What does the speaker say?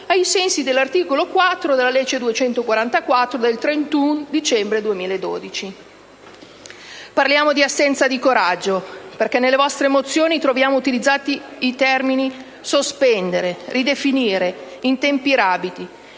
ai sensi dell'articolo 4 della legge 31 dicembre 2012, n. 244 ». Parliamo di assenza di coraggio perché nelle vostre mozioni troviamo utilizzati i termini «sospendere», «ridefinire», «in tempi rapidi»: